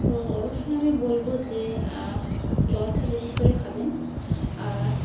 তো অবশ্যই আমি বলব যে জলটা বেশি করে খাবেন আর